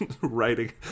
Writing